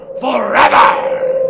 forever